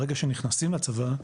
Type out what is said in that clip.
ברגע שנכנסים לצבא,